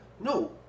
No